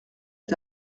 est